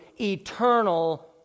eternal